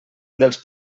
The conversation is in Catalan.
dels